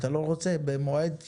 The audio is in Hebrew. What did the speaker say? אתה לא רוצה לכתוב מועד?